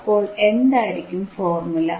അപ്പോൾ എന്തായിരിക്കും ഫോർമുല